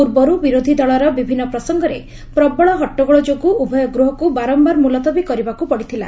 ପୂର୍ବର୍ତ୍ତ ବିରୋଧି ଦଳର ବିଭିନ୍ନ ପ୍ରସଙ୍ଗରେ ପ୍ରବଳ ହଟ୍ଟଗୋଳ ଯୋଗୁଁ ଉଭୟ ଗୃହକୁ ବାରମ୍ଭାର ମ୍ବଲତବୀ କରିବାକୁ ପଡ଼ିଥିଲା